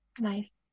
nice